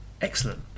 excellent